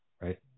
right